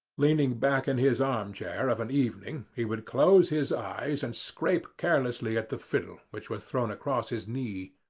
leaning back in his arm-chair of an evening, he would close his eyes and scrape carelessly at the fiddle which was thrown across his knee.